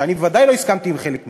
שאני בוודאי לא הסכמתי עם חלק מהן,